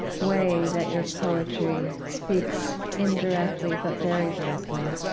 way that your poetry speaks indirectly, but very directly,